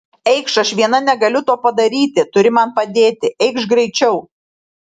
eikš aš viena negaliu to padaryti turi man padėti eikš greičiau